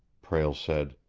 prale said.